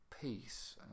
peace